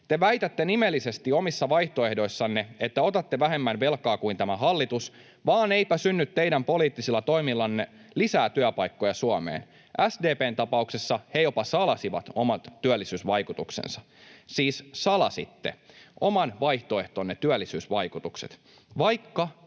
Te väitätte nimellisesti omissa vaihtoehdoissanne, että otatte vähemmän velkaa kuin tämä hallitus, vaan eipä synny teidän poliittisilla toimillanne lisää työpaikkoja Suomeen. SDP:n tapauksessa he jopa salasivat omat työllisyysvaikutuksensa. Siis salasitte oman vaihtoehtonne työllisyysvaikutukset, vaikka